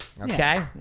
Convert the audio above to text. Okay